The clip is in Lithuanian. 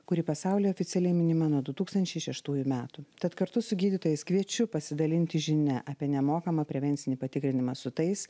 kuri pasauly oficialiai minima nuo du tūkstančiai šeštųjų metų tad kartu su gydytojais kviečiu pasidalinti žinia apie nemokamą prevencinį patikrinimą su tais